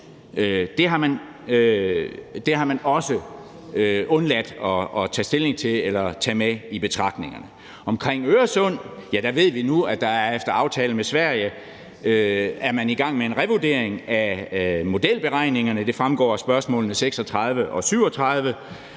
Det har man også undladt at tage stilling til eller tage med i betragtningerne. I forhold til Øresund ved vi nu, at man efter aftale med Sverige er i gang med en revurdering af modelberegningerne. Det fremgår af svarene på spørgsmål 36 og 37.